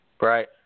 Right